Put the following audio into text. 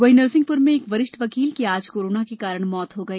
वहीं नरसिंहपुर में एक वरिष्ठ वकील की आज कोरोना के कारण मृत्यु हो गई